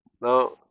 Now